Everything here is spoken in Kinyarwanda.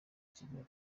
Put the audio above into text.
kigali